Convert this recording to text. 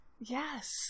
Yes